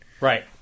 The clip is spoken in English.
Right